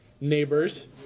Neighbors